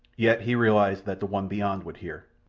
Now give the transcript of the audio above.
yet he realized that the one beyond would hear.